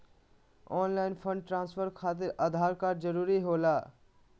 Online fund transfer खातिर Aadhaar card जरूरी होला?